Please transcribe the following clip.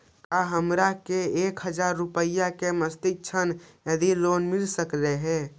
का हमरा के एक हजार रुपया के मासिक ऋण यानी लोन मिल सकली हे?